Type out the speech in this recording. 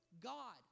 God